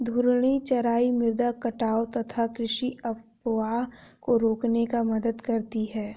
घूर्णी चराई मृदा कटाव तथा कृषि अपवाह को रोकने में मदद करती है